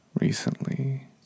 recently